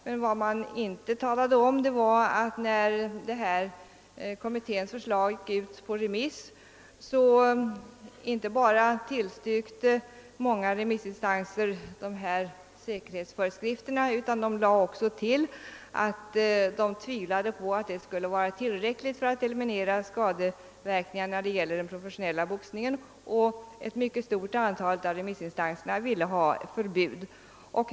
Vad man emellertid inte talade om var att när kommitténs förslag gick ut på remiss inte bara tillstyrkte många remissinstanser dessa säkerhetsföreskrifter, utan de tillade också att de tvivlade på att det föreslagna skulle vara tillräckligt för att eliminera skadeverkningarna när det gäller den professionella boxningen. Ett mycket stort antal av remissinstanserna ville ha förbud.